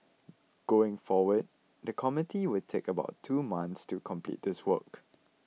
going forward the committee will take about two months to complete this work